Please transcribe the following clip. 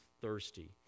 thirsty